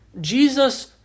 Jesus